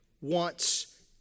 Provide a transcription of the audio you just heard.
wants